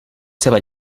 seva